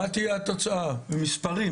מה תהיה התוצאה במספרים?